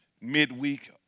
midweek